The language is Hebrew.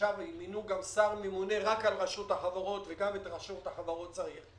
עכשיו גם שר ממונה רק על רשות החברות וגם את רשות החברות צריך.